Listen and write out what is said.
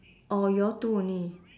or you all two only